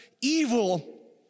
evil